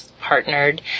partnered